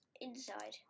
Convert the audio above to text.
inside